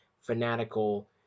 fanatical